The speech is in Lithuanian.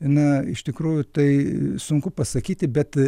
na iš tikrųjų tai sunku pasakyti bet